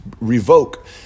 revoke